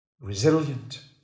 resilient